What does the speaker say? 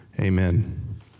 amen